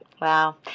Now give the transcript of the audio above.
Wow